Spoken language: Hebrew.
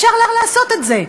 אפשר לעשות את זה.